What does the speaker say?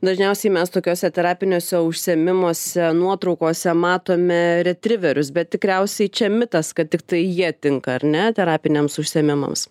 dažniausiai mes tokiuose terapiniuose užsiėmimuose nuotraukose matome retriverius bet tikriausiai čia mitas kad tiktai jie tinka ar ne terapiniams užsiėmimams